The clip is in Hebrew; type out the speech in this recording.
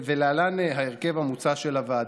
להלן ההרכב המוצע של הוועדה: